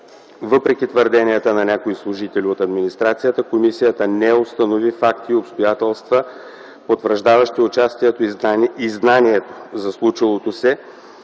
Въпреки твърденията на някои служители от администрацията, комисията не установи факти и обстоятелства, потвърждаващи участието и знанието за случващото се